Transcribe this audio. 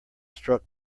struck